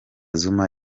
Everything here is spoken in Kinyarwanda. zuma